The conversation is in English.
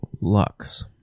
Lux